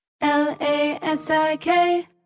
L-A-S-I-K